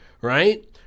right